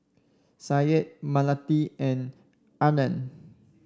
Syed Melati and Aryan